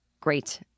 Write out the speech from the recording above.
Great